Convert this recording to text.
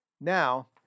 Now